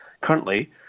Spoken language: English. Currently